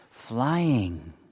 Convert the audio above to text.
Flying